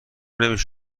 نمیشه